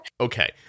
Okay